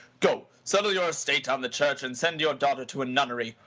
go settle your estate on the church, and send your daughter to a nunnery,